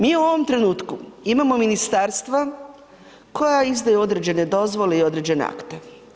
Mi u ovom trenutku imamo ministarstva koja izdaju određene dozvole i određene akte.